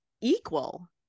equal